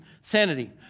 sanity